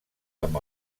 amb